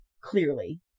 clearly